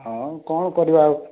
ହଁ କ'ଣ କରିବା ଆଉ